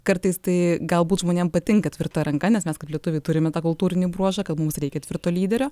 kartais tai galbūt žmonėms patinka tvirta ranka nes mes kaip lietuviai turime tą kultūrinį bruožą kad mums reikia tvirto lyderio